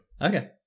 Okay